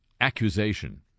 accusation